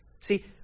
See